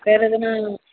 வேறு எதுனால்